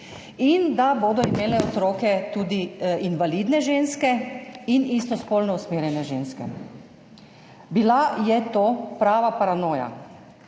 in da bodo imele otroke tudi invalidne ženske in istospolno usmerjene ženske. To je bila prava paranoja.